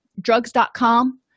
drugs.com